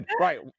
Right